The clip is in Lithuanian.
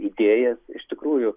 idėjas iš tikrųjų